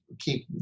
keep